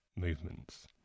movements